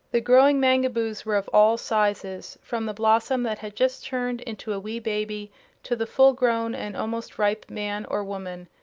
the growing mangaboos were of all sizes, from the blossom that had just turned into a wee baby to the full-grown and almost ripe man or woman.